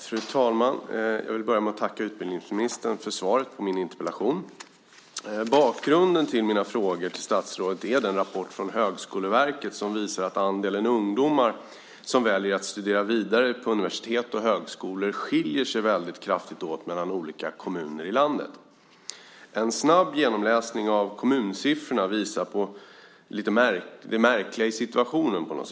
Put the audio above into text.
Fru talman! Jag vill börja med att tacka utbildningsministern för svaret på min interpellation. Bakgrunden till mina frågor till statsrådet är den rapport från Högskoleverket som visar att andelen ungdomar som väljer att studera vidare på universitet och högskolor skiljer sig kraftigt åt mellan olika kommuner i landet. En snabb genomläsning av kommunsiffrorna visar det märkliga i situationen.